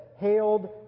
hailed